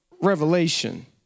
Revelation